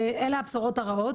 אלה הבשורות הרעות,